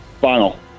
Final